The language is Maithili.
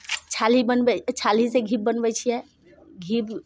छाल्ही बनबै छाल्हीसँ घी बनबै छियै घी